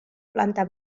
planta